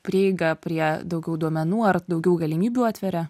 prieigą prie daugiau duomenų ar daugiau galimybių atveria